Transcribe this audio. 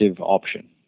option